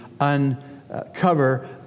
uncover